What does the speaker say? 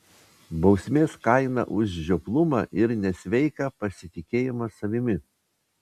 bausmės kaina už žioplumą ir nesveiką pasitikėjimą savimi